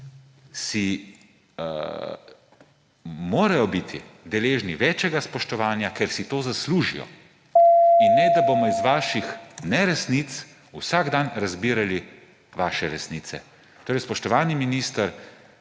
vrsti morajo biti deležni večjega spoštovanja, ker si to zaslužijo. In ne, da bomo iz vaših neresnic vsak dan razbirali vaše resnice. Spoštovani minister,